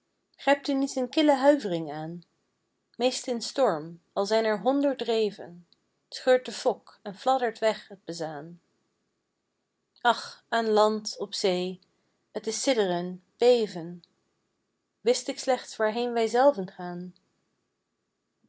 gebleven grijpt u niet een kille huivering aan meest in storm al zijn er honderd reven scheurt de fok en fladdert weg t bezaan ach aan land op zee t is sidderen beven wist ik slechts waarheen wij zelven gaan